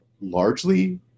largely